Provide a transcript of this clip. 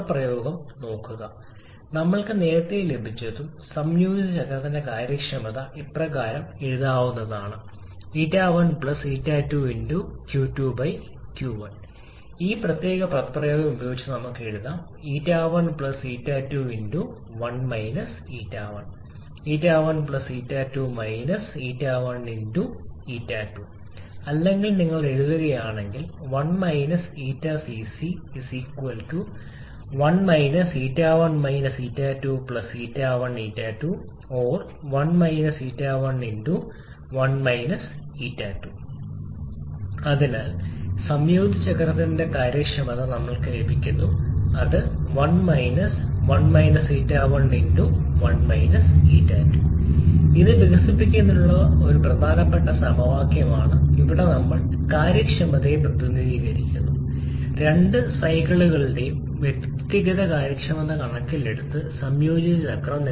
പദപ്രയോഗം നോക്കൂ ഞങ്ങൾക്ക് നേരത്തെ ലഭിച്ചതും സംയോജിത ചക്രത്തിന്റെ കാര്യക്ഷമത ഇപ്രകാരം എഴുതുന്നതും 𝜂1 𝜂2𝑄2𝑄1 ഈ പ്രത്യേക പദപ്രയോഗം ഉപയോഗിച്ച് നമുക്ക് എഴുതാം 𝜂1 𝜂2 1 𝜂1 𝜂1 𝜂2 𝜂1𝜂2 അല്ലെങ്കിൽ നിങ്ങൾ എഴുതുകയാണെങ്കിൽ 1 𝜂𝐶𝐶 1 𝜂1 𝜂2 𝜂1𝜂2 1 𝜂1 1 𝜂2 അതിനാൽ സംയോജിത ചക്രത്തിന്റെ കാര്യക്ഷമത ഞങ്ങൾക്ക് ലഭിക്കുന്നു അത് ഇതിന് തുല്യമായിരിക്കും 1 1 𝜂1 1 𝜂2 ഇത് വികസിപ്പിക്കുന്നതിനുള്ള വളരെ പ്രധാനപ്പെട്ട ഒരു സമവാക്യമാണ് അവിടെ ഞങ്ങൾ കാര്യക്ഷമതയെ പ്രതിനിധീകരിക്കുന്നു രണ്ട് സൈക്കിളുകളുടെയും വ്യക്തിഗത കാര്യക്ഷമത കണക്കിലെടുത്ത് സംയോജിത ചക്രം